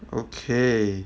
okay